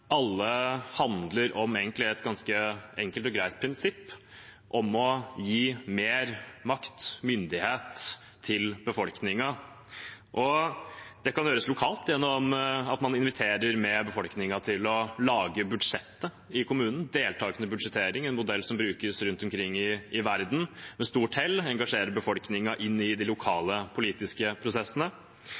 alle egentlig handler om et ganske enkelt og greit prinsipp om å gi mer makt og myndighet til befolkningen. Det kan gjøres lokalt gjennom at man inviterer befolkningen med på å lage budsjettet i kommunen – deltakende budsjettering, en modell som med stort hell brukes rundt omkring i verden, engasjerer befolkningen i de lokale politiske prosessene.